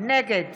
נגד